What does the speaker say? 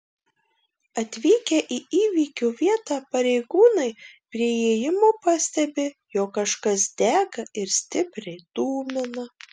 atvykę į įvykio vietą pareigūnai prie įėjimo pastebi jog kažkas dega ir stipriai dūmina